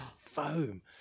foam